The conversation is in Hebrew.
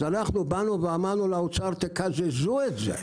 אז אנחנו באנו ואמרנו לאוצר, תקזזו את זה.